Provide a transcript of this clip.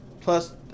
plus